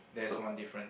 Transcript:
that's one difference